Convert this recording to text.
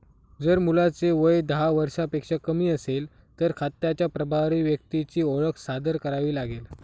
जर मुलाचे वय दहा वर्षांपेक्षा कमी असेल, तर खात्याच्या प्रभारी व्यक्तीची ओळख सादर करावी लागेल